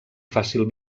fàcil